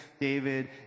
david